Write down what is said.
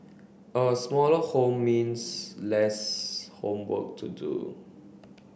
a smaller home means less homework to do